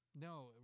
No